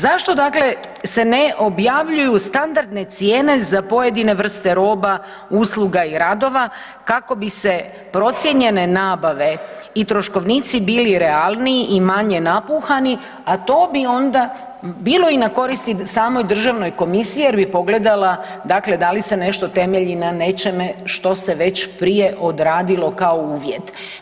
Zašto se ne objavljuju standardne cijene za pojedine vrste roba, usluga i radova kako bi se procijenjene nabave i troškovnici bili realniji i manje napuhani, a to bi onda bilo i na koristi samoj državnoj komisiji jer bi pogledala da li se nešto temelji na nečeme što se već prije odradilo kao uvjet?